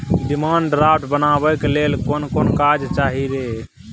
Demand draft बनाबैक लेल कोन कोन कागज चाही रे?